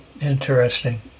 Interesting